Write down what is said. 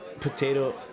Potato